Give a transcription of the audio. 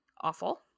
Awful